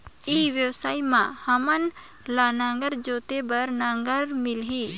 ई व्यवसाय मां हामन ला नागर जोते बार नागर मिलही?